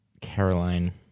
Caroline